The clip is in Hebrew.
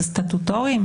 זה סטטוטורי?